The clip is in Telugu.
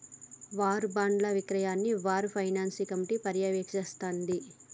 వార్ బాండ్ల విక్రయాన్ని వార్ ఫైనాన్స్ కమిటీ పర్యవేక్షిస్తాంది